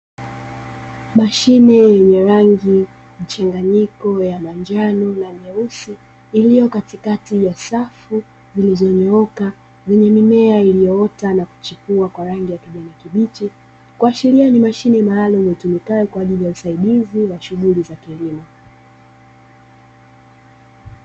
Mashine yenye rangi mchanganyiko ya manjano na nyeusi iliyo katikati ya safu zilizonyooka, zenye mimea iliyoota na kuchukua kwa rangi ya kijani kibichi, kuashahiria ni mashine maalum itumekayo kwa ajili ya usaidizi wa shughuli za kilimo.